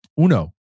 Uno